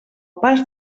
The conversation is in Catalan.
pas